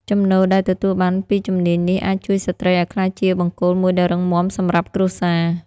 ចំណូលដែលទទួលបានពីជំនាញនេះអាចជួយស្ត្រីឱ្យក្លាយជាបង្គោលមួយដ៏រឹងមាំសម្រាប់គ្រួសារ។